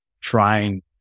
trying